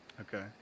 Okay